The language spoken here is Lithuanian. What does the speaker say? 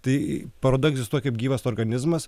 tai paroda egzistuoja kaip gyvas organizmas